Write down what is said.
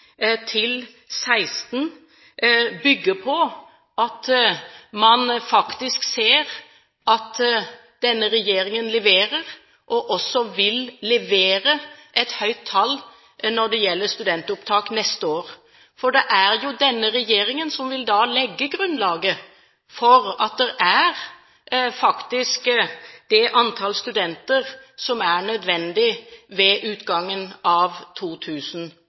til 2016, bygger på at man faktisk ser at denne regjeringen leverer og også vil levere et høyt tall når det gjelder studentopptak neste år. Det er denne regjeringen som vil legge grunnlaget for at man faktisk har det nødvendige antallet studenter ved utgangen av 2016. Det var veldig interessant at det er